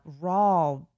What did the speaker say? raw